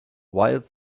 wild